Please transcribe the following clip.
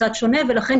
בהן